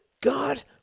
God